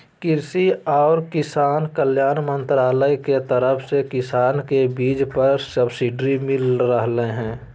कृषि आर किसान कल्याण मंत्रालय के तरफ से किसान के बीज पर सब्सिडी मिल लय हें